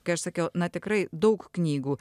kai aš sakiau na tikrai daug knygų